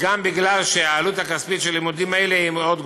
גם מפני שהעלות הכספית של לימודים אלה היא מאוד גבוהה.